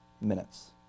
minutes